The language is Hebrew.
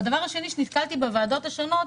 הדבר השני שנתקלתי בוועדות השונות